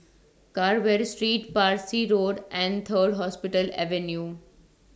Carver Street Parsi Road and Third Hospital Avenue